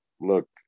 look